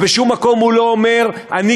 בשום מקום הוא לא אומר: אני,